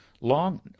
long